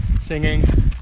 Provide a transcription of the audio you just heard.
singing